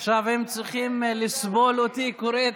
עכשיו הם צריכים לסבול אותי קורא.